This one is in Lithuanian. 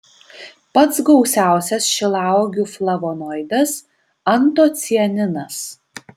pats gausiausias šilauogių flavonoidas antocianinas